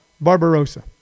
Barbarossa